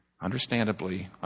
understandably